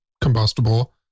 combustible